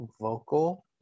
vocal